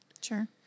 Sure